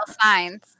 signs